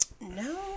No